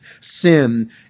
sin